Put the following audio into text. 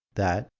that,